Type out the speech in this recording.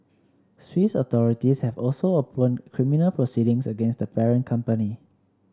Swiss authorities have also opened criminal proceedings against the parent company